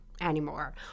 anymore